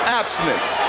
abstinence